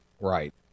Right